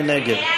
מי נגד?